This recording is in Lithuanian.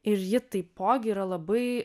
ir ji taipogi yra labai